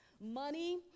Money